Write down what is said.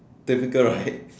difficult right